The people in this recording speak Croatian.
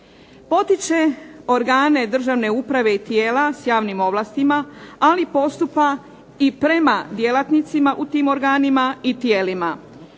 Potiče organe državne uprave i tijela s javnim ovlastima, ali postupa i prema djelatnicima u tim organima i tijelima.